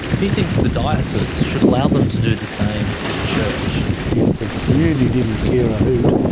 he thinks the diocese should allow them to do the same with the church. if the community didn't care a hoot,